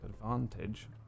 advantage